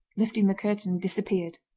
lifting the curtain, disappeared.